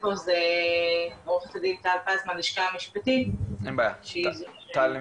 שעו"ד טל פז מהלשכה המשפטית, שהיא תדבר.